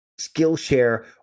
Skillshare